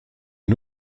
une